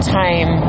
time